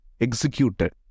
executed